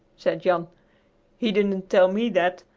said jan he didn't tell me that.